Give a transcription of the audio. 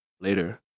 later